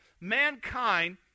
mankind